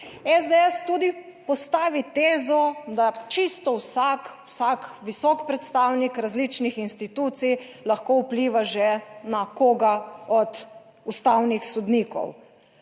SDS tudi postavi tezo, da čisto vsak, vsak visok predstavnik različnih institucij lahko vpliva že na koga od ustavnih sodnikov.